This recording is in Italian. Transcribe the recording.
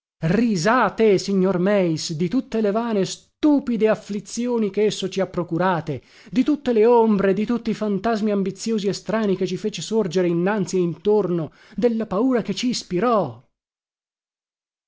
risate risate signor meis di tutte le vane stupide afflizioni che esso ci ha procurate di tutte le ombre di tutti i fantasmi ambiziosi e strani che ci fece sorgere innanzi e intorno della paura che cispirò